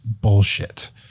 bullshit